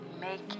make